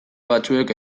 batzuk